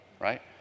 right